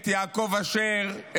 את יעקב אשר,